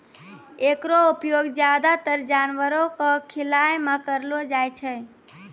एकरो उपयोग ज्यादातर जानवरो क खिलाय म करलो जाय छै